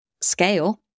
scale